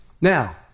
Now